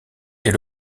est